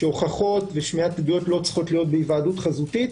שהוכחות ושמיעת הוכחות לא צריכות להיות בהיוועדות חזותית.